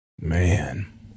Man